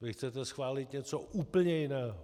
Vy chcete schválit něco úplně jiného.